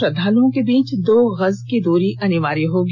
श्रद्वालुओं के बीच दो गज की दूरी अनिवार्य होगी